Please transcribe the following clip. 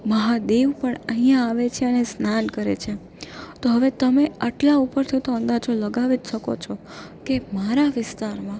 મહાદેવ પણ અહીંયા આવે છે અને સ્નાન કરે છે તો હવે તમે આટલા ઉપરથી તો અંદાજો લગાવી જ શકો છે કે મારા વિસ્તારમાં